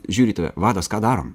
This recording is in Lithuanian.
žiūri į tave vadas ką darom